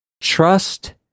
trust